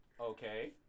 Okay